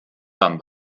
dann